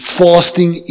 fasting